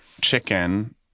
chicken